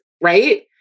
right